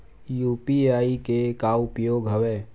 UPI के का उपयोग हवय?